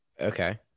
Okay